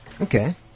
okay